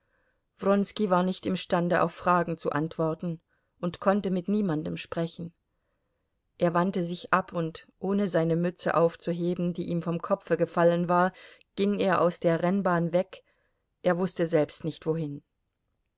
wronski war nicht imstande auf fragen zu antworten und konnte mit niemandem sprechen er wandte sich ab und ohne seine mütze aufzuheben die ihm vom kopfe gefallen war ging er aus der rennbahn weg er wußte selbst nicht wohin